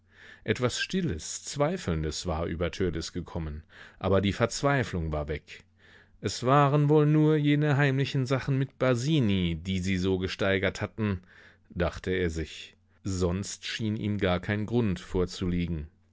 etwas stilles zweifelndes war über törleß gekommen aber die verzweiflung war weg es waren wohl nur jene heimlichen sachen mit basini die sie so gesteigert hatten dachte er sich sonst schien ihm gar kein grund vorzuliegen